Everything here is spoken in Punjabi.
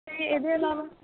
ਤੇ ਇਹਦੇ ਨਾਲ